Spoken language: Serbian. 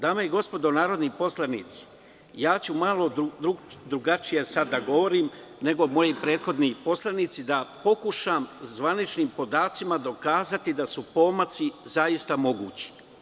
Dame i gospodo narodni poslanici, malo drugačije ću da govorim nego moji prethodnici, da pokušam zvaničnim podacima da dokažem da su pomaci zaista mogući.